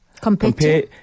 Compare